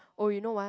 oh you know what